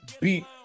beat